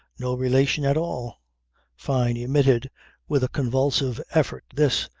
no relation at all fyne emitted with a convulsive effort this,